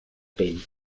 pell